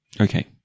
Okay